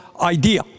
idea